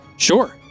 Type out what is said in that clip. Sure